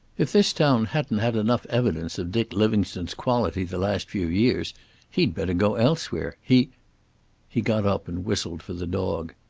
if this town hadn't had enough evidence of dick livingstone's quality the last few years he'd better go elsewhere. he he got up and whistled for the dog.